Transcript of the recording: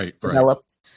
developed